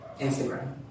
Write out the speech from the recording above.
Instagram